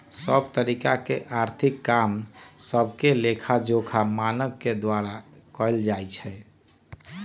सभ तरिका के आर्थिक काम सभके लेखाजोखा मानक के द्वारा कएल जाइ छइ